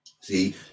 see